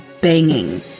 banging